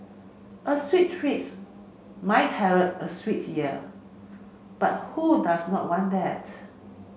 a sweet treats might herald a sweet year but who does not want that